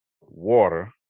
water